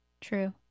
True